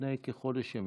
לפני כחודש ימים,